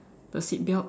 the seatbelt